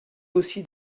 aussi